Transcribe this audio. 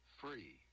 free